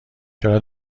چرا